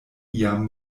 iam